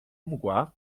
mgła